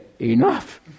enough